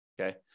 okay